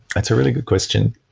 it's a really good question.